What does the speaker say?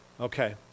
Okay